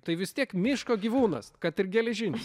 tai vis tiek miško gyvūnas kad ir geležinis